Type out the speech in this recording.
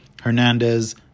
Hernandez